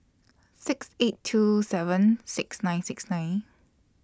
six eight two seven six nine six nine